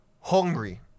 hungry